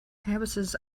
campuses